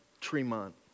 Tremont